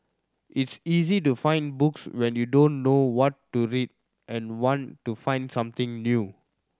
it's easy to find books when you don't know what to read and want to find something new